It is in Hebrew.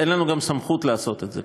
אין לנו גם סמכות לעשות את זה,